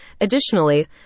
Additionally